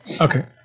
Okay